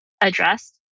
addressed